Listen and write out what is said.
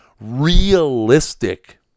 realistic